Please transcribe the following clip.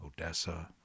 Odessa